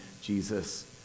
Jesus